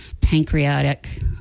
pancreatic